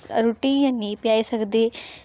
रुट्टी जां नेईं पजाई सकदे